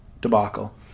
debacle